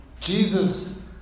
Jesus